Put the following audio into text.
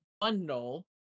bundle